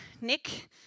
Nick